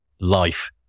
life